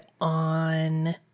on